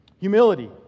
Humility